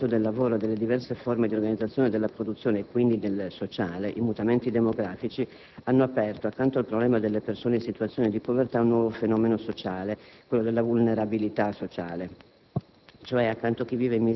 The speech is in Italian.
le trasformazioni del mercato del lavoro e delle diverse forme di organizzazione della produzione e quindi del sociale, i mutamenti demografici hanno aperto, accanto al problema delle persone in situazione di povertà, un nuovo fenomeno sociale: quello della vulnerabilità sociale.